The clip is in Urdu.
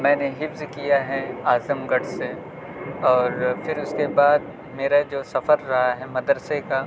میں نے حفظ کیا ہے اعظم گڑھ سے اور پھر اس کے بعد میرا جو سفر رہا ہے مدرسے کا